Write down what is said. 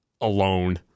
alone